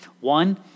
One